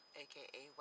aka